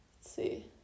see